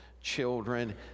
children